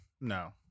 No